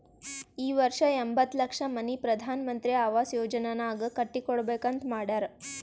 ಈ ವರ್ಷ ಎಂಬತ್ತ್ ಲಕ್ಷ ಮನಿ ಪ್ರಧಾನ್ ಮಂತ್ರಿ ಅವಾಸ್ ಯೋಜನಾನಾಗ್ ಕಟ್ಟಿ ಕೊಡ್ಬೇಕ ಅಂತ್ ಮಾಡ್ಯಾರ್